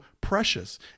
precious